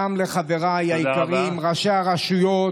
גם לחבריי היקרים ראשי הרשויות,